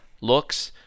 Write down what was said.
looks